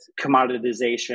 commoditization